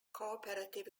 cooperative